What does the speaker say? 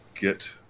Get